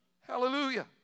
Hallelujah